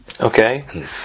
Okay